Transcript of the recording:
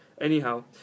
Anyhow